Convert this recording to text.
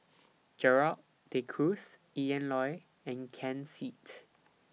Gerald De Cruz Ian Loy and Ken Seet